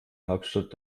hauptstadt